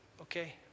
Okay